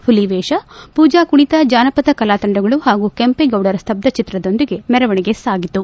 ಹುಲವೇಷ ಪೂಜಾಕುಣಿತ ಜಾನಪದ ಕಲಾತಂಡಗಳು ಹಾಗೂ ಕೆಂಪೇಗೌಡರ ಸ್ತಬ್ದ ಚಿತ್ರದೊಂದಿಗೆ ಮೆರವಣಿಗೆ ಸಾಗಿತು